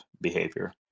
behavior